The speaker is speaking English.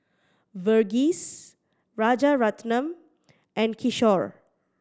Verghese Rajaratnam and Kishore